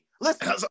Listen